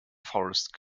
forest